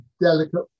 delicate